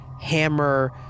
hammer